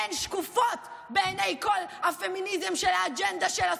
הן שקופות בעיני כל הפמיניזם של האג'נדה של השמאל,